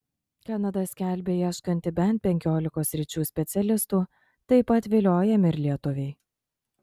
kanada skelbia ieškanti bent penkiolikos sričių specialistų taip pat viliojami ir lietuviai